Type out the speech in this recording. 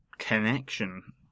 Connection